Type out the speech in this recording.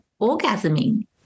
orgasming